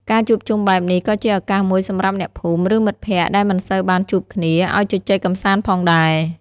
ការជួបជុំបែបនេះក៏ជាឱកាសមួយសម្រាប់អ្នកភូមិ ឬមិត្តភក្តិដែលមិនសូវបានជួបគ្នា ឲ្យជជែកកម្សាន្តផងដែរ។